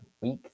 week